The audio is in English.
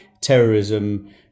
terrorism